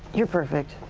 you're perfect.